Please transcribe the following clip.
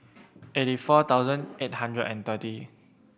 eighty four thousand eight hundred and thirty